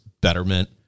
Betterment